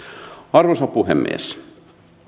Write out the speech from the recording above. arvoisa puhemies